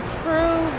true